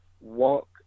walk